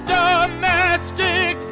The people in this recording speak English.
domestic